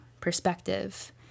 perspective